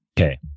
Okay